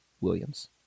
Williams